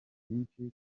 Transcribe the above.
byinshi